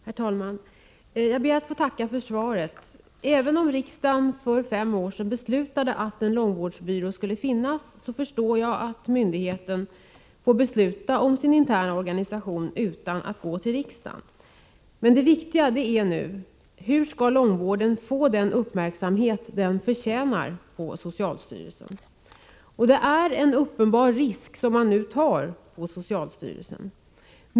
Herr talman! Jag ber att få tacka för svaret. Även om riksdagen för fem år sedan beslutade att en långvårdsbyrå skulle finnas, förstår jag att myndigheten får besluta om sin interna organisation utan att gå till riksdagen. Men det viktiga är nu: Hur skall långvården få den uppmärksamhet den förtjänar på socialstyrelsen? Det är en uppenbar risk som socialstyrelsen nu tar.